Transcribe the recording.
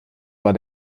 war